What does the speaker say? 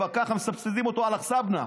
כבר ככה מסבסדים אותו (אומר בערבית: על חשבוננו.)